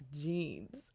jeans